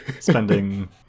Spending